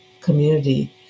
Community